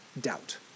doubt